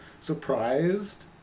surprised